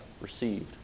Received